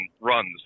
runs